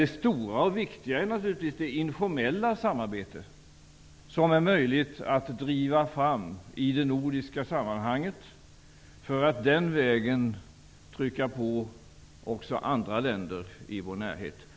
Det stora och viktiga är det informella samarbetet, som är möjligt att driva i ett nordiskt sammanhang för att den vägen utöva tryck också på andra länder i vår närhet.